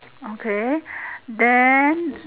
okay then